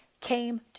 came